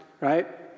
Right